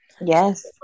Yes